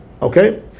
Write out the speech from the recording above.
Okay